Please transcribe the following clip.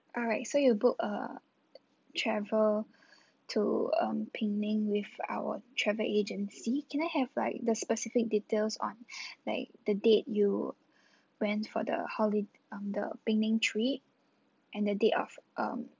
alright so you booked a travel to um penang with our travel agency can I have like the specific details on like the date you went for the holi~ um the penang trip and the date of um